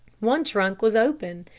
one trunk was open.